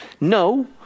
no